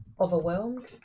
overwhelmed